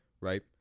right